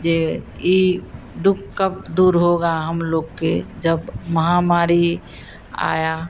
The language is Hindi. जे ई दुख कब दूर होगा हम लोग का जब महामारी आई